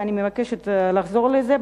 ואני מבקשת לחזור לזה.